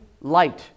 light